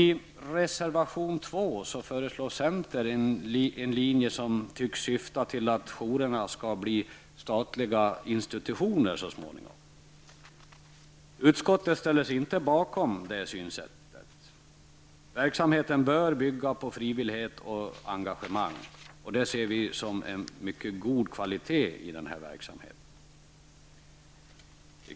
I reservation 2 föreslår centern en linje som tycks syfta till att jourerna så småningom skall bli statliga institutioner. Utskottet ställer sig inte bakom det synsättet. Verksamheten bör bygga på frivillighet och engagemang. Vi ser detta som en mycket god kvalitet i verksamheten.